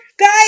Guys